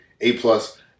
A-plus